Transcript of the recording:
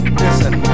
listen